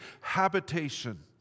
habitation